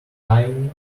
tiny